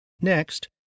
Next